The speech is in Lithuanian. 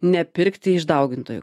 nepirkti iš daugintojų